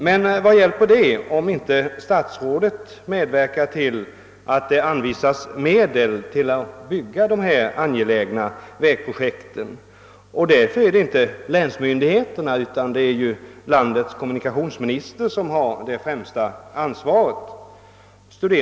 Men vad hjälper det, om inte statsrådet medverkar till att det anvisas medel till att bygga dessa angelägna vägprojekt? Därför är det inte länsmyndigheterna utan landets kommunikationsminister som har det främsta ansvaret.